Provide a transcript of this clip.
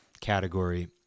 category